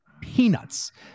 peanuts